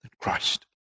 Christ